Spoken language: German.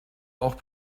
auch